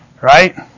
right